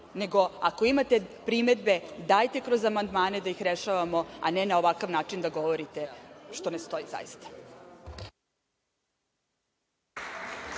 nego, ako imate primedbe, dajte kroz amandmane da ih rešavamo, a ne na ovakav način da govorite, što ne stoji zaista.